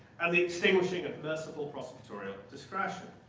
and the extinguishing of merciful prosecutorial discretion.